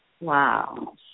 wow